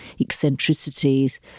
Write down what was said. eccentricities